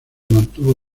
mantuvo